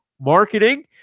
marketing